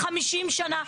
50 שנה,